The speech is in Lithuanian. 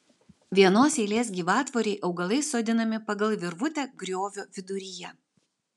vienos eilės gyvatvorei augalai sodinami pagal virvutę griovio viduryje